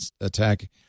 attack